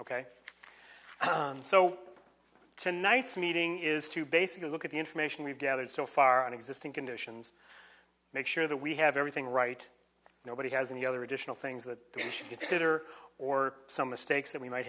ok so tonight's meeting is to basically look at the information we've gathered so far on existing conditions make sure that we have everything right nobody has any other additional things that we should consider or some mistakes that we might